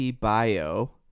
bio